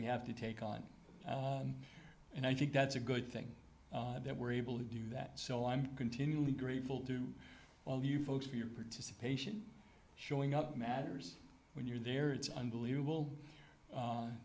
we have to take on and i think that's a good thing that we're able to do that so i'm continually grateful to all of you folks for your participation showing up matters when you're there it's unbelievable